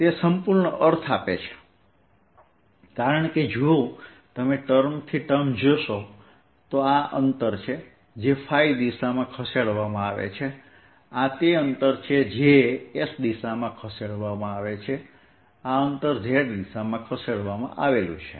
તે સંપૂર્ણ અર્થ આપે છે કારણ કે જો તમે ટર્મ થી ટર્મ જુઓ આ તે અંતર છે જે ϕ દિશામાં ખસેડવામાં આવે છે આ તે અંતર છે જે s દિશામાં ખસેડવામાં આવે છે આ અંતર z દિશામાં ખસેડવામાં આવ્યું છે